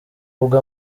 ubwo